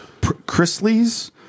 Chrisleys